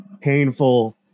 painful